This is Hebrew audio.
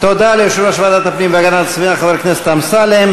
תודה ליושב-ראש ועדת הפנים והגנת הסביבה חבר הכנסת אמסלם.